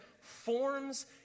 forms